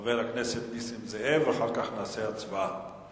לחבר הכנסת נסים זאב, ואחר כך נקיים הצבעה.